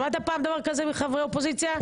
שמעת פעם דבר כזה מחברי אופוזיציה?